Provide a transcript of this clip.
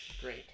Great